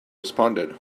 responded